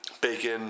bacon